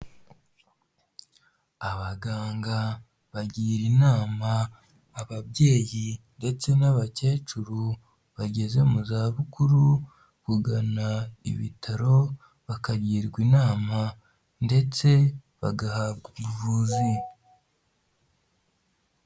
Abaganga bagira inama ababyeyi ndetse n'abakecuru bageze mu za bukuru, kugana ibitaro bakagirwa inama, ndetse bagahabwa ubuvuzi.